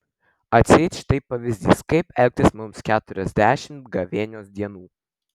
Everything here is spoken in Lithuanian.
atseit štai pavyzdys kaip elgtis mums keturiasdešimt gavėnios dienų